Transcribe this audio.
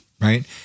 Right